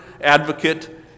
advocate